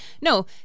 no